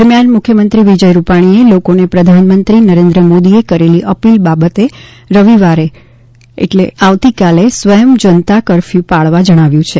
દરમિયાન મુખ્યમંત્રી વિજય રૂપાણીએ લોકોને પ્રધાનમંત્રી નરેન્દ્ર મોદીએ કરેલી અપીલ બાબતે રવિવારે સ્વયં જનતા કરફ્યૂ પાળવા જણાવ્યું છે